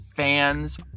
Fans